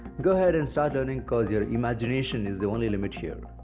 go ahead and start learning because your imagination is the only limit here!